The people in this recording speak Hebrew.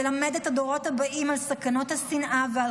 ללמד את הדורות הבאים על סכנות השנאה ועל